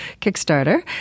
Kickstarter